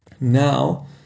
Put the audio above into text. Now